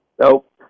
Nope